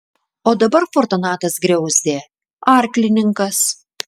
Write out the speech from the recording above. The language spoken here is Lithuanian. o dabar fortunatas griauzdė arklininkas